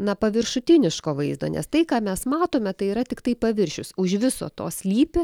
na paviršutiniško vaizdo nes tai ką mes matome tai yra tiktai paviršius už viso to slypi